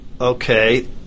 Okay